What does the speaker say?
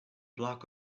block